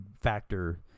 factor